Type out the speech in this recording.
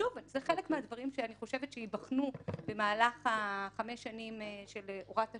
אני חושבת שאלה חלק מהדברים שייבחנו במהלך חמש השנים של הוראת השעה.